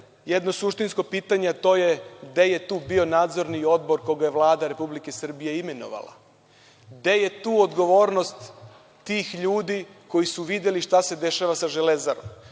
jedno suštinsko pitanje, a to je gde je tu bio nadzorni odbor koja je Vlada RS imenovala? Gde je tu odgovornost tih ljudi koji su videli šta se dešava sa „Železarom“,